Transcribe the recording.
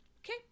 okay